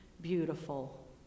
beautiful